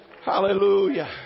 Hallelujah